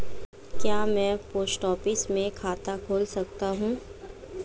क्या मैं post office में खाता खोल सकता हूँ?